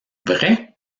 vrai